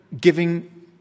giving